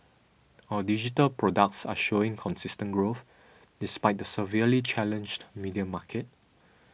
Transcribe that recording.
our digital products are showing consistent growth despite the severely challenged media market